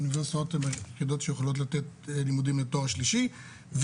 האוניברסיטאות הן היחידות שיכולות לתת לימודים לתואר שלישי.